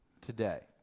today